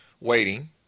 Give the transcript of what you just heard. waiting